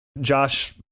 Josh